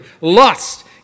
lust